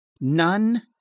None